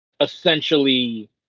essentially